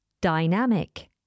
dynamic